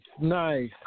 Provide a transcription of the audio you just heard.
nice